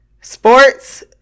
Sports